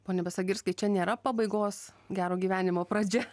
pone besagirskai čia nėra pabaigos gero gyvenimo pradžia